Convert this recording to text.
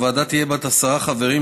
הוועדה תהיה בת עשרה חברים,